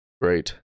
Great